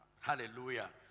Hallelujah